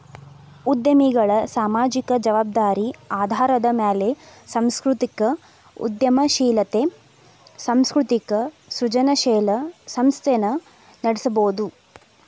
ಉದ್ಯಮಿಗಳ ಸಾಮಾಜಿಕ ಜವಾಬ್ದಾರಿ ಆಧಾರದ ಮ್ಯಾಲೆ ಸಾಂಸ್ಕೃತಿಕ ಉದ್ಯಮಶೇಲತೆ ಸಾಂಸ್ಕೃತಿಕ ಸೃಜನಶೇಲ ಸಂಸ್ಥೆನ ನಡಸಬೋದು